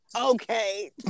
okay